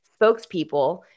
spokespeople